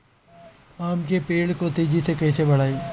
आम के पेड़ को तेजी से कईसे बढ़ाई?